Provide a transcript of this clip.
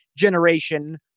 generation